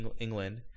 England